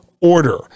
Order